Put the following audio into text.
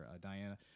Diana